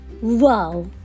Wow